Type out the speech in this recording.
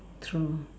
true